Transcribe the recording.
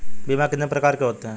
बीमा कितने प्रकार के होते हैं?